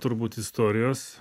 turbūt istorijos